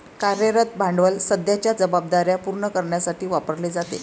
कार्यरत भांडवल सध्याच्या जबाबदार्या पूर्ण करण्यासाठी वापरले जाते